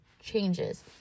changes